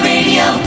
Radio